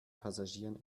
passagieren